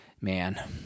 man